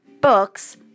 books